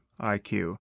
IQ